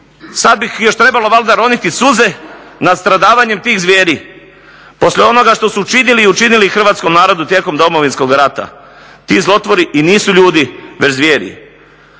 Sad bi još trebalo valjda roniti suze nad stradavanjem tih zvijeri poslije onoga što su činili i učinili hrvatskom narodu tijekom Domovinskog rata. Ti zlotvori i nisu ljudi već zvijeri.